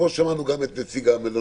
כמו ששמענו גם את נציג המלונות,